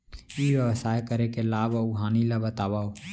ई व्यवसाय करे के लाभ अऊ हानि ला बतावव?